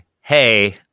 Hey